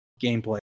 gameplay